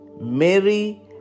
Mary